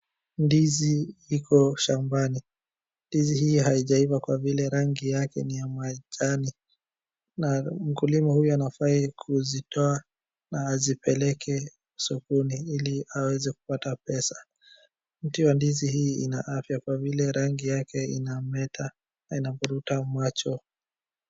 Ndizi iko shambani; ndizi hii haijaiva kwa vile rangi yake ni ya majani, na mkulima huyu anafai kuzitoa; hazipeleke sokoni ili aweze kupata pesa. Ndizi hii ina afya kwa vile rangi yake inamleta, inavuruta macho.